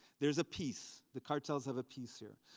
there's a peace, the cartels have a peace here.